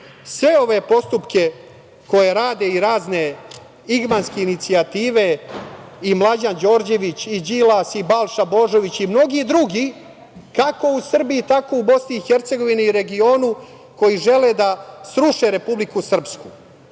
sve ove postupke koje rade i razne Igmanske inicijative, Mlađan Đorđević, Đilas i Balša Božović i mnogi drugi, kako u Srbiji, tako i u Bosni i Hercegovini i u regionu, koji žele da sruše Republiku Srpsku,